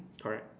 correct